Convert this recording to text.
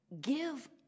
give